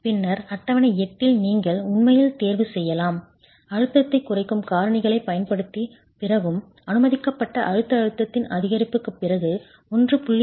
பின்னர் அட்டவணை 8 இல் நீங்கள் உண்மையில் தேர்வு செய்யலாம் அழுத்தத்தைக் குறைக்கும் காரணிகளைப் பயன்படுத்திய பிறகும் அனுமதிக்கப்பட்ட அழுத்த அழுத்தத்தின் அதிகரிப்புக்குப் பிறகு 1